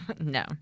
No